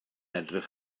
edrych